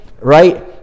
right